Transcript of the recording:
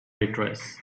waitress